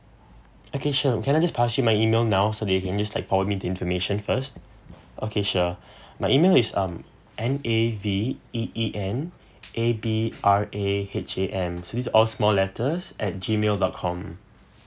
okay sure can I just pass you my email now so that you can just like forward me the information first okay sure my email is um N A V E E N A B R A H A M this all small letters at G mail dot com